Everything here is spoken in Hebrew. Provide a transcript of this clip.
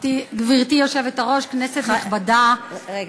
גברתי היושבת-ראש, כנסת נכבדה, רגע.